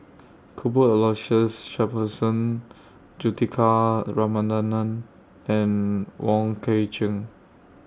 Cuthbert Aloysius Shepherdson Juthika Ramanathan and Wong Kwei Cheong